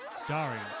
Starring